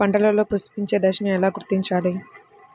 పంటలలో పుష్పించే దశను ఎలా గుర్తించాలి?